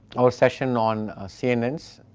our session on cnn's,